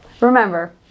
Remember